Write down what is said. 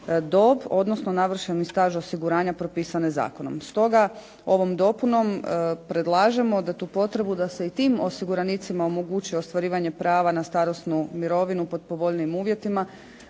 dob odnosno navršeni staž osiguranja propisane zakonom. Stoga ovom dopunom predlažemo tu potrebu da se i tim osiguranicima omogući ostvarivanje prava na starosnu mirovinu pod povoljnijim uvjetima